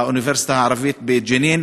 באוניברסיטה הערבית בג'נין,